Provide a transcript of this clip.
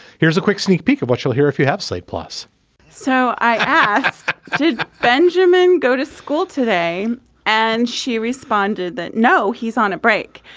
here's a quick sneak peek of what you'll hear if you have slate plus so i i did benjamin go to school today and she responded that no. he's on a break.